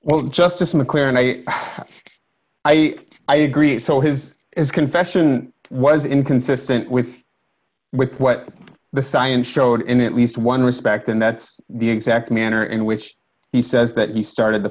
well justice mclaren i i i agree so his is confession was inconsistent with with what the science showed in at least one respect and that's the exact manner in which he says that he started the